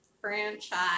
franchise